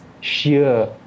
sheer